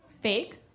Fake